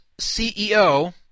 CEO